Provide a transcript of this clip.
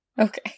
okay